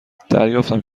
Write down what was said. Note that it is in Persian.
دریافتم